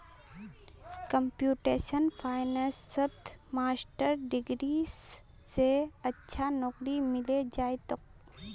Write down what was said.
computational फाइनेंसत master degree स अच्छा नौकरी मिले जइ तोक